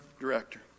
director